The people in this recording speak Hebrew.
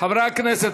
חברי הכנסת,